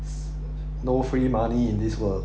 no free money in this world